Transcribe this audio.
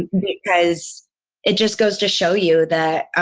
because it just goes to show you that,